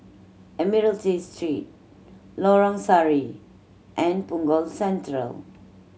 Admiralty Street Lorong Sari and Punggol Central